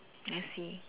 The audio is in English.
I see